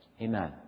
Amen